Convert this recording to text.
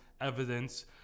evidence